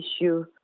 issue